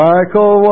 Michael